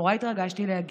נורא התרגשתי להגיע.